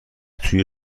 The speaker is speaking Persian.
توی